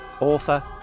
author